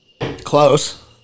Close